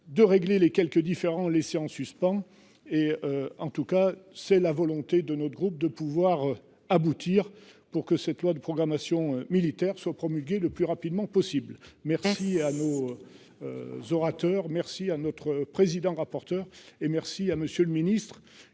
de régler les quelques différends laissés en suspens et en tout cas, c'est la volonté de notre groupe, de pouvoir aboutir pour que cette loi de programmation militaire soit promulguée le plus rapidement possible. Merci à nos. Z'orateur merci à notre président rapporteur et merci à Monsieur le Ministre